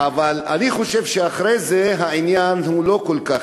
אבל אני חושב שאחרי זה, העניין הוא לא כל כך.